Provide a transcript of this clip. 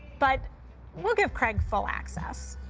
but we'll give craig full access.